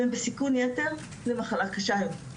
והם בסיכון יתר למחלה קשה יותר.